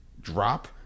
drop